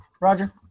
Roger